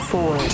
Four